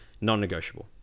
non-negotiable